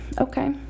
okay